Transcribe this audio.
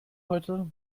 heute